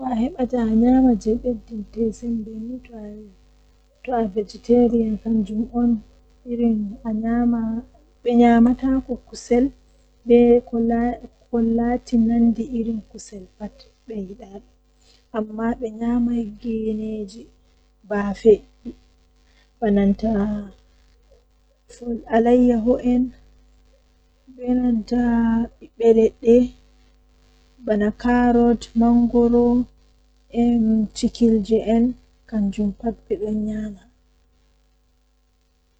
Lewru jei mi burdaa yiduki kanjum woni lewru jei arandewol haa nduubu kanjum be wiyata janwari ko wadi bo lewru nai kanjum be danyi amkanjum on seyo malla nyalande lewru be danyi am den don wela mi masin.